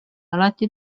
alati